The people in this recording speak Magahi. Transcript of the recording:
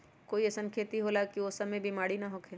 कोई अईसन खेती होला की वो में ई सब बीमारी न होखे?